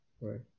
right